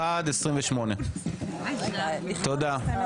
רוויזיה 13:28. תודה.